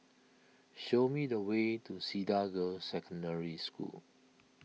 show me the way to Cedar Girls' Secondary School